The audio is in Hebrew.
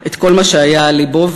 את כל מה שהיה על לבו,